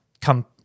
come